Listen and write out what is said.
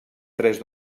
tres